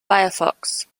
firefox